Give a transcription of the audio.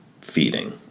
feeding